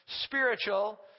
spiritual